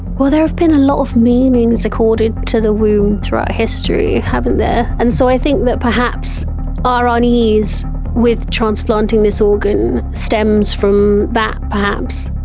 well, there have been a lot of meanings accorded to the womb throughout history, haven't there, and so i think that perhaps our unease with transplanting this organ stems from that perhaps.